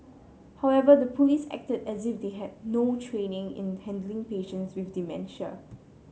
however the police acted as if they had no training in handling patients with dementia